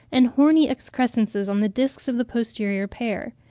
and horny excrescences on the discs of the posterior pair.